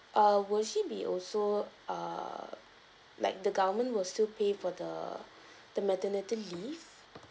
uh would she be also err like the government will still pay for the the maternity leave